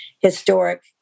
Historic